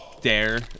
Dare